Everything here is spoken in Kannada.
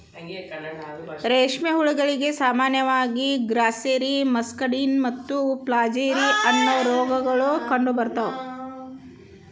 ರೇಷ್ಮೆ ಹುಳಗಳಿಗೆ ಸಾಮಾನ್ಯವಾಗಿ ಗ್ರಾಸ್ಸೆರಿ, ಮಸ್ಕಡಿನ್ ಮತ್ತು ಫ್ಲಾಚೆರಿ, ಅನ್ನೋ ರೋಗಗಳು ಕಂಡುಬರ್ತಾವ